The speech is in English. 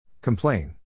Complain